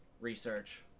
research